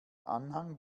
anhang